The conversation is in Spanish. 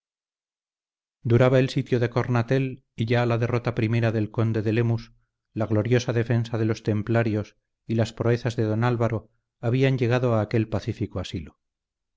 duraba el sitio de cornatel y ya la derrota primera del conde de lemus la gloriosa defensa de los templarios y las proezas de don álvaro habían llegado a aquel pacífico asilo